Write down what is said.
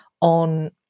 on